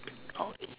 okay